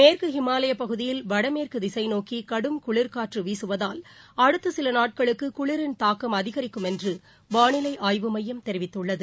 மேற்கு ஹிமாலயப் பகுதியில் வடமேற்கு திசை நோக்கி கடும் குளிர்ந்த காற்று வீசுவதால் அடுத்த சில நாட்களுக்கு குளிரின் தாக்கம் அதிகரிக்கும் என்று வானிலை ஆய்வு மையம் தெரிவித்துள்ளது